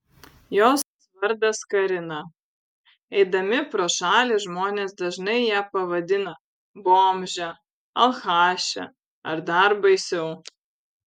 jos vardas karina eidami pro šalį žmonės dažnai ją pavadina bomže alchaše ar dar baisiau